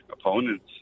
opponents